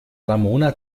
ramona